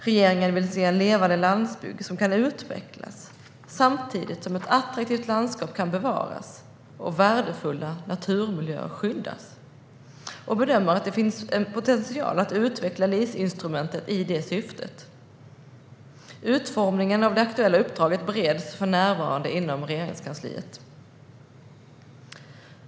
Regeringen vill se en levande landsbygd som kan utvecklas, samtidigt som ett attraktivt landskap kan bevaras och värdefulla naturmiljöer skyddas, och bedömer att det finns potential att utveckla LIS-instrumentet i det syftet. Utformningen av det aktuella uppdraget bereds för närvarande inom Regeringskansliet.